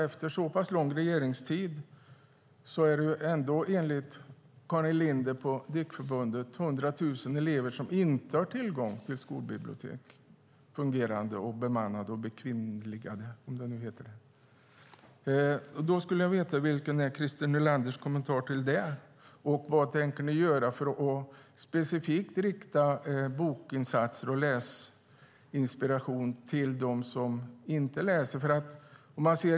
Efter så lång regeringstid är det enligt Karin Linder på DIK-förbundet fortfarande 100 000 elever som inte har tillgång till ett fungerande, bemannat eller bekvinnligat skolbibliotek. Vilken är Christer Nylanders kommentar till det? Vad tänker ni göra för att specifikt rikta bokinsatser och läsinspiration till dem som inte läser?